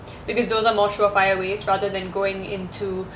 because those are more surefire ways rather than going into